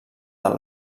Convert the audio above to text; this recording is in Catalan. del